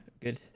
good